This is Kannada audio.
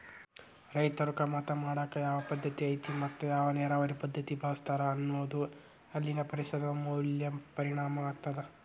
ರೈತರು ಕಮತಾ ಮಾಡಾಕ ಯಾವ ಪದ್ದತಿ ಐತಿ ಮತ್ತ ಯಾವ ನೇರಾವರಿ ಪದ್ಧತಿ ಬಳಸ್ತಾರ ಅನ್ನೋದು ಅಲ್ಲಿನ ಪರಿಸರದ ಮ್ಯಾಲ ಪರಿಣಾಮ ಆಗ್ತದ